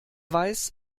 weiß